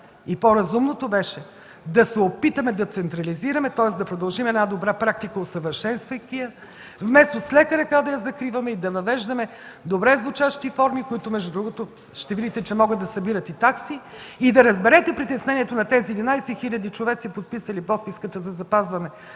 По-разумното беше да се опитаме да централизираме, тоест да продължим една добра практика, усъвършенствайки я, вместо с лека ръка да я закриваме и да въвеждаме добре звучащи форми, които между другото ще видите, че могат да събират и такси; да разберете притеснението на тези 11 хил. човека, подписали подписката за запазване